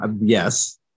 Yes